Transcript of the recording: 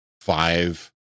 five